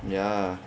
ya